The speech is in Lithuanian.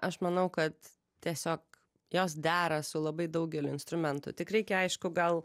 aš manau kad tiesiog jos dera su labai daugeliu instrumentų tik reikia aišku gal